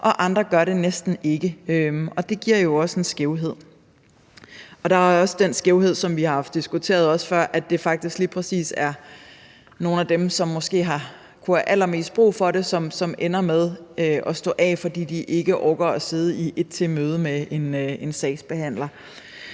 andre gør det næsten ikke, og det giver jo også en skævhed. Der er også den skævhed, som vi har haft diskuteret før, at det faktisk lige præcis er nogle af dem, som måske kunne have allermest brug for det, som ender med at stå af, fordi de ikke orker at sidde i endnu et møde med en sagsbehandler.